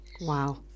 Wow